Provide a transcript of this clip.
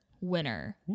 winner